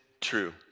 true